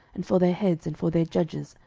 and for their heads, and for their judges,